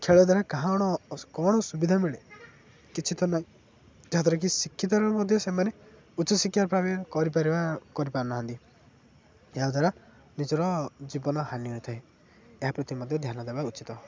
ଖେଳ ଦ୍ୱାରା କାହାର କ'ଣ ସୁବିଧା ମିଳେ କିଛି ତ ନାହିଁ ଯାହାଦ୍ୱାରା କି ଶିକ୍ଷିତାର ମଧ୍ୟ ସେମାନେ ଉଚ୍ଚ ଶିକ୍ଷାର କରିପାରିବା କରିପାରୁନାହାନ୍ତି ଏହାଦ୍ୱାରା ନିଜର ଜୀବନ ହାନି ହୋଇଥାଏ ଏହା ପ୍ରତି ମଧ୍ୟ ଧ୍ୟାନ ଦେବା ଉଚିତ୍